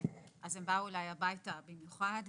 אז הם באו אליי הביתה במיוחד,